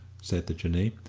said the jinnee,